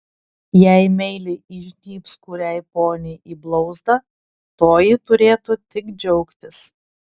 jei meiliai įžnybs kuriai poniai į blauzdą toji turėtų tik džiaugtis